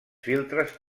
filtres